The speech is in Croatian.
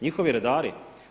Njihovi redari?